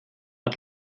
hat